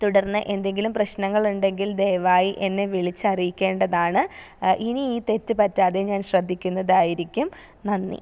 തുടർന്ന് എന്തെങ്കിലും പ്രശ്നങ്ങളുണ്ടെങ്കിൽ ദയവായി എന്നെ വിളിച്ചറിയിക്കേണ്ടതാണ് ഇനി ഈ തെറ്റ് പറ്റാതെ ഞാൻ ശ്രദ്ധിക്കുന്നതായിരിക്കും നന്ദി